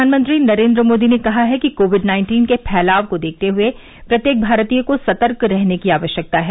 प्रधानमंत्री नरेन्द्र मोदी ने कहा है कि कोविड नाइन्टीन के फैलाव को देखते हुए प्रत्येक भारतीय को सतर्क रहने की आवश्यकता है